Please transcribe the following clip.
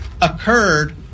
occurred